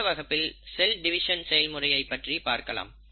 அடுத்த வகுப்பில் cell division செயல்முறையை பற்றி பார்க்கலாம்